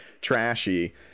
trashy